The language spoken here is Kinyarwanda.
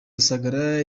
rusagara